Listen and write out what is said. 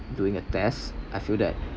doing a test I feel that